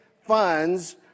funds